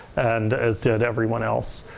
and as did everyone else.